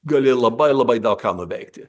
gali labai labai daug ką nuveikti